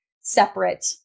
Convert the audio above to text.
separate